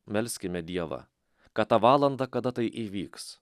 melskime dievą kad tą valandą kada tai įvyks